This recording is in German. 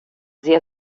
sehr